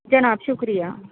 جناب شکریہ